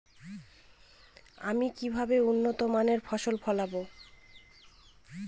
আমি কিভাবে উন্নত মানের ফসল ফলাব?